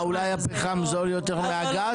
מה, אולי הפחם זול יותר מהגז?